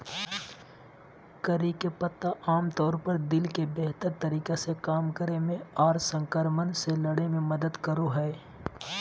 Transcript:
करी के पत्ता आमतौर पर दिल के बेहतर तरीका से काम करे मे आर संक्रमण से लड़े मे मदद करो हय